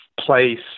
place